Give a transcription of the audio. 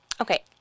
Okay